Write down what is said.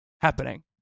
happening